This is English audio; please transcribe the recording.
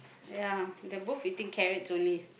ya they're both eating carrots only